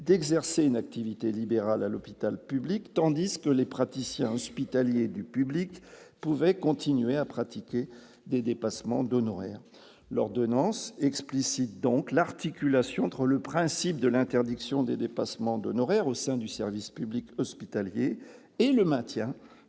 d'exercer une activité libérale à l'hôpital public, tandis que les praticiens hospitaliers du public pouvait continuer à pratiquer des dépassements d'honoraires l'ordonnance explicite donc l'articulation entre le principe de l'interdiction des dépassements d'honoraires au sein du service public hospitalier et le maintien